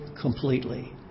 completely